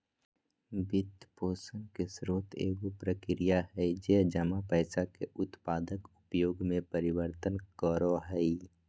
वित्तपोषण के स्रोत एगो प्रक्रिया हइ जे जमा पैसा के उत्पादक उपयोग में परिवर्तन करो हइ